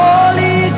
Holy